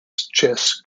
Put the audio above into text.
chess